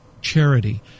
charity